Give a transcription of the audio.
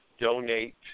donate